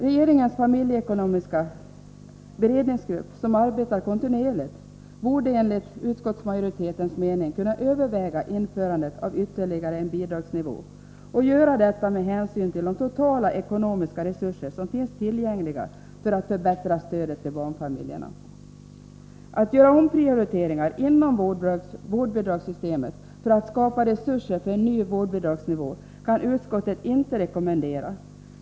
Regeringens familjeekonomiska beredningsgrupp, som arbetar kontinuerligt, borde enligt utskottsmajoritetens mening kunna överväga införandet av ytterligare en bidragsnivå och göra detta med hänsynstagande till de totala ekonomiska resurser som finns tillgängliga för att förbättra stödet till barnfamiljerna. Att göra omprioriteringar inom vårdbidragssystemet för att skapa resurser för en ny vårdbidragsnivå kan utskottet inte rekommendera.